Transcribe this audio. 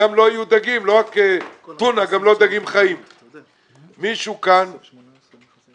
לא יהיו גם דגים חיים ולא רק לא תהיה טונה.